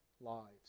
lives